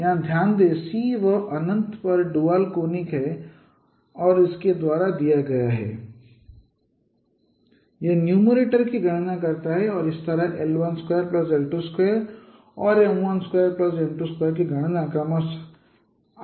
यहाँ ध्यान दें C वह अनंत पर ड्यूल कोनिक है और इसके द्वारा दिया गया है lTCαl1 l2 l31 0 0 0 1 0 0 0 0 l1 l2 l3 l1m1l2m2 यह नुमेरटर की गणना करता है